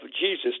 Jesus